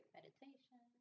meditation